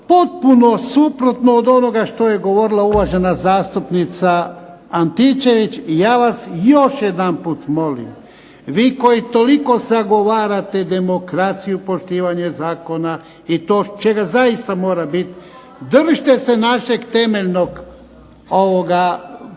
potpuno suprotno od onoga što je govorila uvažena zastupnica Antičević. Ja vas još jedanput molim, vi koji toliko zagovarate demokraciju, poštivanje zakona i to čega zaista mora biti, držite se našeg temeljnog akta,